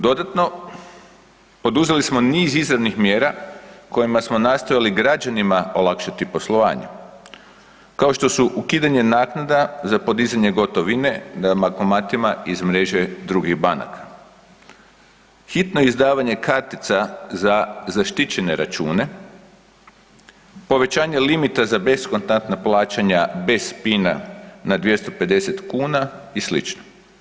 Dodatno poduzeli smo niz izravnih mjera kojima smo nastojali građanima olakšati poslovanje kao što su ukidanje naknada za podizanje gotovine na bankomatima iz mreže drugih banaka, hitno izdavanje kartica za zaštićene račune, povećanje limita za beskontaktna plaćanja bez pina na 250 kuna i slično.